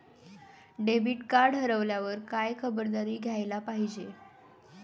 Debit card हरवल्यावर काय खबरदारी घ्यायला पाहिजे?